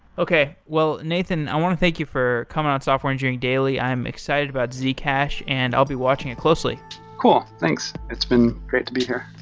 okay. nathan, i want to thank you for coming on software engineering daily. i'm excited about zcash, and i'll be watching it closely cool. thanks. it's been great to be here